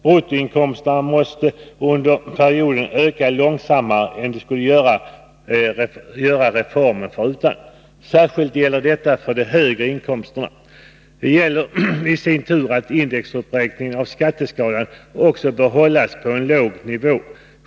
Bruttoinkomsterna måste under perioden öka långsammare än de skulle göra reformen förutan. Särskilt gäller detta för de högre inkomsterna. Detta innebär i sin tur att indexuppräkningen av skatteskalan också bör hållas på en låg nivå.